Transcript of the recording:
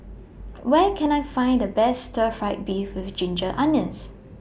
Where Can I Find The Best Stir Fried Beef with Ginger Onions